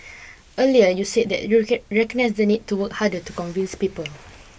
earlier you said that you recognise the need to work harder to convince people